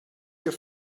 your